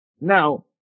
Now